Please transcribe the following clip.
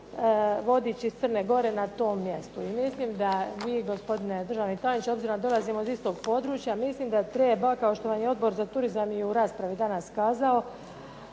vodič iz Crne Gore na tom mjestu i mislim da vi gospodine državni tajniče, obzirom da dolazimo iz istog područja mislim da treba kao što vam je i Odbor za turizam i u raspravi danas kazao